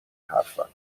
حرفم